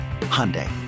hyundai